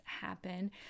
happen